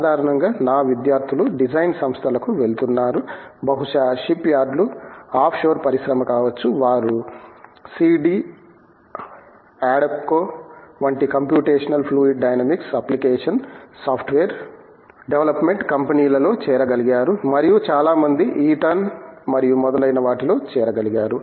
సాధారణంగా నా విద్యార్థులు డిజైన్ సంస్థలకు వెళుతున్నారు బహుశా షిప్యార్డులు ఆఫ్షోర్ పరిశ్రమ కావచ్చు వారు సిడి అడాప్కో వంటి computational fluid dynamics application software development కంపెనీలలో చేరగలిగారు మరియు చాలా మంది ఈటన్ మరియు మొదలైన వాటిలో చేరగలిగారు